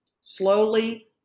slowly